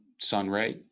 Sunray